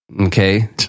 Okay